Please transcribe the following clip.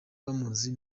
bamuzi